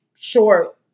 short